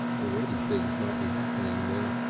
already things might be happening there.